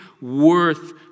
worth